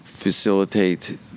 Facilitate